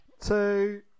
Two